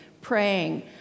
praying